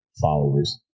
followers